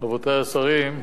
רבותי השרים,